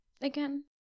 Again